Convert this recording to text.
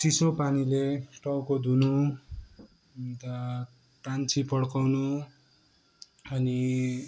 चिसो पानीले टाउको धुनु अन्त टाँगसी पड्काउनु अनि